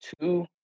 Two